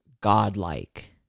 godlike